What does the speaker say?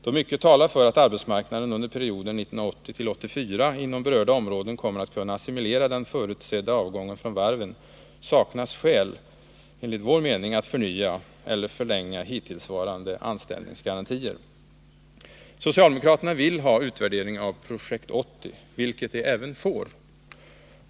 Då mycket talar för att arbetsmarknaden under perioden 1980-1984 inom berörda områden kommer att kunna assimilera den förutsedda avgången från varven saknas enligt vår mening skäl att förnya eller förlänga hittillsvarande anställningsgarantier. Socialdemokraterna vill ha en utvärdering av Projekt 80, vilket de även får.